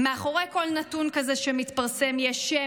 מאחורי כל נתון כזה שמתפרסם יש שם,